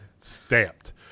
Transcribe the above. stamped